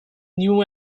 new